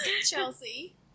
Chelsea